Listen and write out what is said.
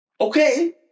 Okay